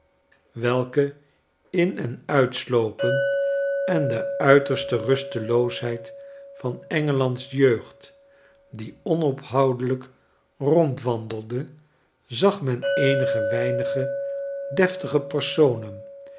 welke in en uitslopen en de uiterste rusteloosheid van engelands jeugd die onophoudelijk rondwandelde zag men eenige weinige deftige personen